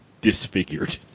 disfigured